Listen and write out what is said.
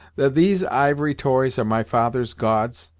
that these ivory toys are my father's gods?